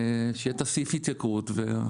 שיהיה את סעיף ההתייקרות.